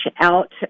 out